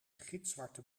gitzwarte